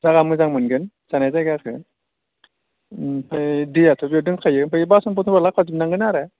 जायगा मोजां मोनगोन जानाय जायगाखो ओमफाय दैआथ' बियाव दोंखायो बै बासन बर्थनखो लाबोफा जोबनांगोन आरो